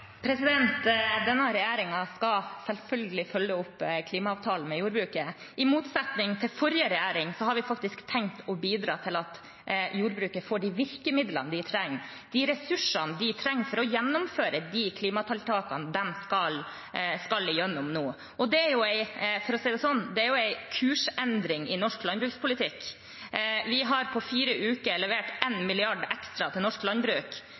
Denne regjeringen skal selvfølgelig følge opp klimaavtalen med jordbruket. I motsetning til forrige regjering har vi faktisk tenkt å bidra til at jordbruket får de virkemidlene de trenger, de ressursene de trenger for å gjennomføre de klimatiltakene de skal gjennom nå. Det er en kursendring – for å si det sånn – i norsk landbrukspolitikk. Vi har på fire uker levert 1 mrd. kr ekstra til norsk landbruk